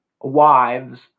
wives